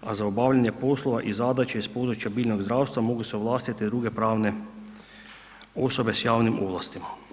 a za obavljanje poslova i zadaća iz područja biljnog zdravstva mogu se ovlastiti druge pravne osobe s javnim ovlastima.